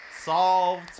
solved